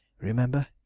Remember